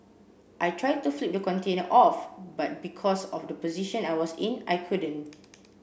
I tried to flip the container off but because of the position I was in I couldn't